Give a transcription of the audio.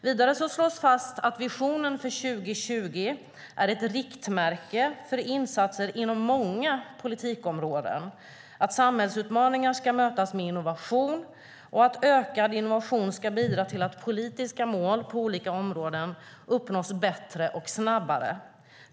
Vidare slås fast att visionen för 2020 är ett riktmärke för insatser inom många politikområden, att samhällsutmaningar ska mötas med innovation och att ökad innovation ska bidra till att politiska mål på olika områden uppnås bättre och snabbare.